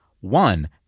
One